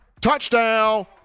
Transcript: touchdown